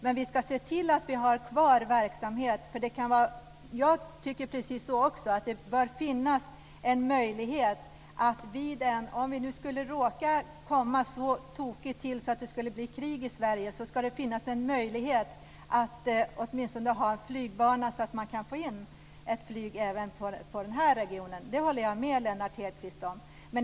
Men vi ska se till att vi har kvar verksamhet, för om Sverige nu skulle råka i krig ska det finnas åtminstone en flygbana så att vi kan få in flyg även i den här regionen. Det håller jag med Lennart Hedquist om.